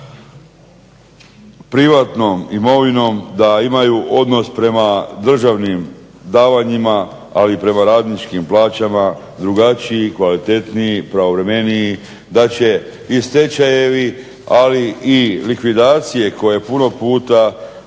privatnom imovinom da imaju odnos prema državnim davanjima, ali i prema radničkim plaćama drugačiji, kvalitetniji, pravovremeniji. Da će i stečajevi, ali i likvidacije koje puno puta